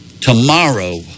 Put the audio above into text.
tomorrow